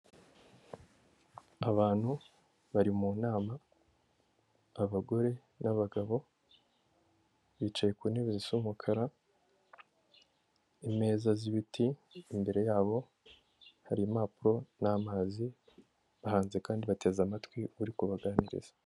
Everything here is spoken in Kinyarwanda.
Abantu bari mu nama abagore n'abagabo, bicaye ku ntebe zisa umukara, imeza z'ibiti, imbere yabo hari impapuro n'amazi, bahanze kandi bateze amatwi uri kubaganiriza.